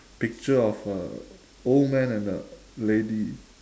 picture of a old man and a lady